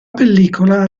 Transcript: pellicola